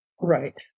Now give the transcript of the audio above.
Right